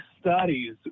studies